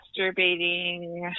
masturbating